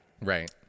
right